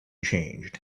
changed